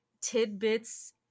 tidbits